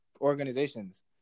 organizations